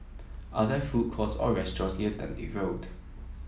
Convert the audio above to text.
are there food courts or restaurants near Dundee Road